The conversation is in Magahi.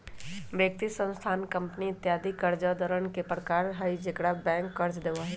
व्यक्ति, संस्थान, कंपनी इत्यादि कर्जदारवन के प्रकार हई जेकरा बैंक कर्ज देवा हई